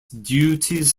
duties